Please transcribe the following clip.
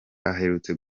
aherutse